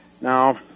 Now